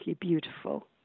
beautiful